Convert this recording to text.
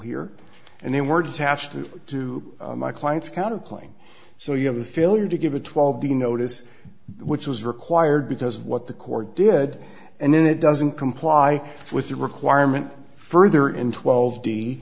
here and they were just hashed to my client's counter claim so you have a failure to give a twelve the notice which was required because what the court did and then it doesn't comply with the requirement further in twelve d